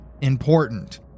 Important